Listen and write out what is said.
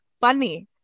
funny